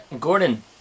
Gordon